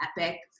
epic